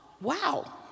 wow